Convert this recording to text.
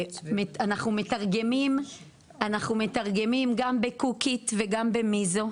אנחנו מתרגמים גם בקוקית וגם במיזו.